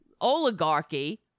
oligarchy